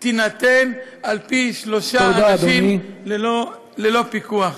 תינתן על פי שלושה אנשים ללא פיקוח.